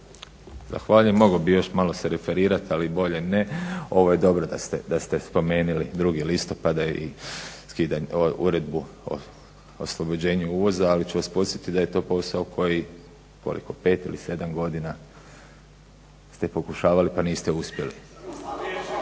Zahvaljujem. Mogao bi se još malo referirat al bolje ne. Ovo je dobro da ste spomenuli 2. listopada i Uredbu o oslobođenju uvoza ali ću vas podsjetiti da je to posao koji koliko 5 ili 7 godina ste pokušavali pa niste uspjeli.